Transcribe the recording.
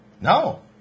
No